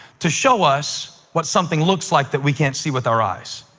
to show us what something looks like that we can't see with our eyes.